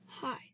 Hi